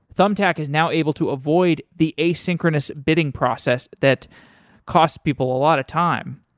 thumbtack is now able to avoid the asynchronous bidding process that cost people a lot of time.